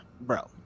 bro